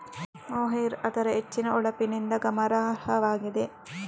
mohair ಅದರ ಹೆಚ್ಚಿನ ಹೊಳಪಿನಿಂದ ಗಮನಾರ್ಹವಾಗಿದೆ